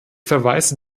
verweise